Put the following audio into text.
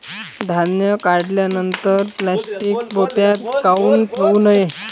धान्य काढल्यानंतर प्लॅस्टीक पोत्यात काऊन ठेवू नये?